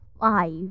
five